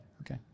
Okay